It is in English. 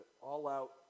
all-out